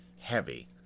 heavy